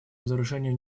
разоружению